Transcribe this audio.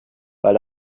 weil